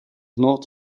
not